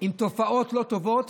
עם תופעות לא טובות,